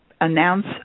announce